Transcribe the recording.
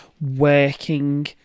working